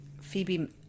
Phoebe